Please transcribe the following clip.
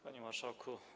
Panie Marszałku!